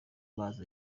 amazi